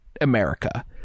America